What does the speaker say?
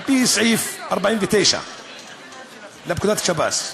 על-פי סעיף 49 לפקודת בתי-הסוהר.